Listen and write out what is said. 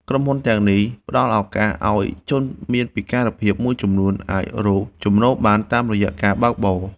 ក្រុមហ៊ុនទាំងនេះផ្ដល់ឱកាសឱ្យជនមានពិការភាពមួយចំនួន អាចរកចំណូលបានតាមរយៈការបើកបរ។